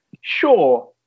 Sure